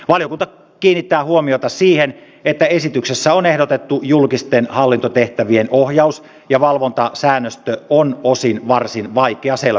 valiokunta kiinnittää huomiota siihen että esityksessä ehdotettu julkisten hallintotehtävien ohjaus ja valvontasäännöstö on osin varsin vaikeaselkoista